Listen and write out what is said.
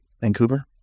Vancouver